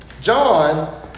John